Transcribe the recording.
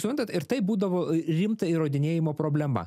suprantat ir tai būdavo ri rimta įrodinėjimo problema